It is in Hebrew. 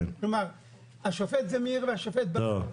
כלומר השופט זמיר והשופט ברק --- טוב,